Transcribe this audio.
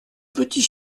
petit